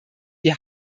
die